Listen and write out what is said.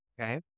Okay